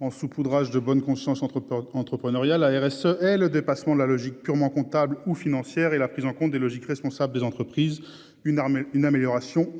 en saupoudrage de bonne conscience entre entrepreneuriale ARS et le dépassement de la logique purement comptable ou financière et la prise en compte des logiques responsable des entreprises une armée une amélioration